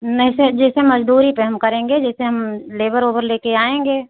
नहीं सर जैसे मजदूरी पर हम करेंगे जैसे हम लेबर ऊबर ले कर आएंगे